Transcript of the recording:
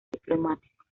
diplomáticos